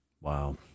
Wow